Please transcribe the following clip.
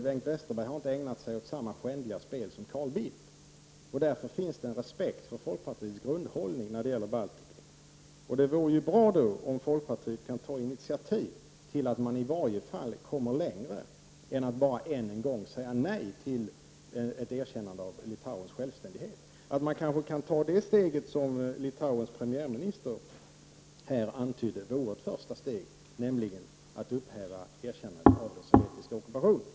Bengt Westerberg har inte ägnat sig åt samma skändliga spel som Carl Bildt, och därför finns det en respekt för folkpartiets grundhållning när det gäller Baltikum. Det vore bra om folkpartiet kunde ta initiativ till att man i varje fall kommer längre än att bara än en gång säga nej till erkännande av Litauens självständighet, att man kunde ta det steg som Litauens premiärminister här antydde vore det första steget, nämligen att upphäva erkännande av den sovjetiska ockupationen.